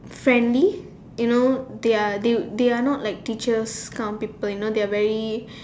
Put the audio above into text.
friendly you know they are they they are not like teachers kind of people you know they are very